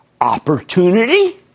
Opportunity